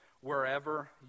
wherever